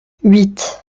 huit